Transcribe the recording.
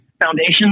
foundation